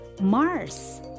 Mars